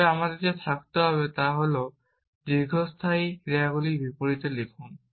তবে আমাদের যা থাকতে পারে তা হল দীর্ঘস্থায়ী ক্রিয়াগুলির বিপরীতে লিখুন